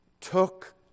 took